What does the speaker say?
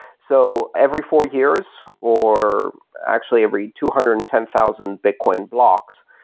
so every four years, or actually every two hundred and ten thousand bitcoin blocks,